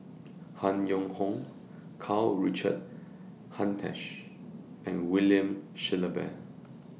Han Yong Hong Karl Richard Hanitsch and William Shellabear